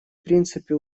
принципы